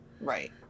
Right